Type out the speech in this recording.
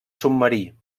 submarí